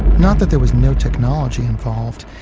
not that there was no technology involved.